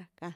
rackan.